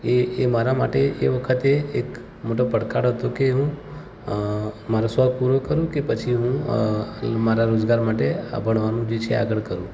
એ એ મારા માટે એ વખતે એક મોટો પડકાર હતો કે હું મારો શોખ પૂરો કરું કે પછી હું મારા રોજગાર માટે આ ભણવાનું જે છે તે આગળ કરું